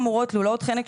בקהילה.